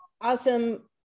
awesome